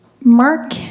Mark